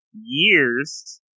years